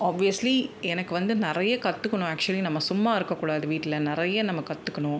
obviously எனக்கு வந்து நிறைய கற்றுக்குணும் ஆக்சுவலி நம்ம சும்மா இருக்கக்கூடாது வீட்டில் நிறைய நம்ம கற்றுக்குணும்